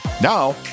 Now